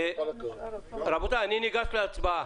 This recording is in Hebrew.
רבותיי, אנחנו ניגשים להצבעה.